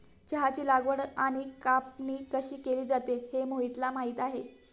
चहाची लागवड आणि कापणी कशी केली जाते हे मोहितला माहित आहे